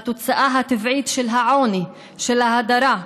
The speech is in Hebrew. התוצאה הטבעית של העוני, של ההדרה,